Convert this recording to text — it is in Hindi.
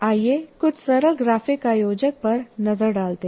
आइए कुछ सरल ग्राफिक आयोजक पर नजर डालते हैं